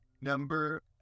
Number